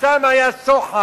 שם היה שוחד,